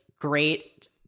great